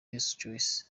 pesachoice